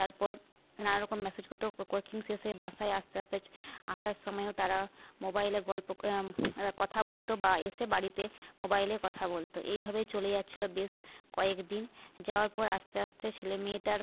তারপর নানা রকম মেসেজ করত কোচিং শেষে বাসায় আসতে আসতে আসার সময়ও তারা মোবাইলে গল্প কথা বলত বা এসে বাড়িতে মোবাইলে কথা বলত এইভাবে চলেই যাচ্ছিল বেশ কয়েক দিন যাওয়ার পর আস্তে আস্তে ছেলে মেয়েটার